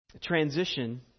transition